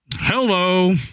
Hello